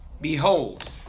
Behold